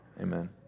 amen